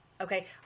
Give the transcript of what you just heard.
okay